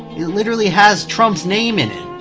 it literally has trump's name in it!